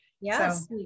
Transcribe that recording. Yes